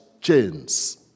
chains